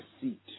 seat